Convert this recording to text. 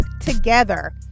together